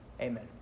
Amen